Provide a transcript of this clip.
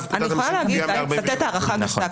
פקודת המיסים (גבייה) מאותם 47. נכון.